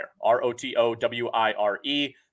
R-O-T-O-W-I-R-E